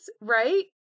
right